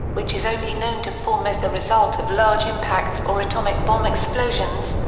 which is only known to form as the result of large impacts or atomic bomb explosions,